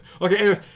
Okay